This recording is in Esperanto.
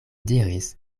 diris